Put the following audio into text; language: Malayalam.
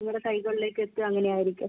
നിങ്ങളുടെ കൈകളിലേക്ക് എത്തുക അങ്ങനെ ആയിരിക്കും